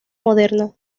moderna